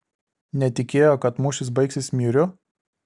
netikėjo kad mūšis baigsis myriu